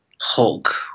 Hulk